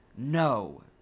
No